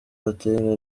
gatenga